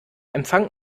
empfang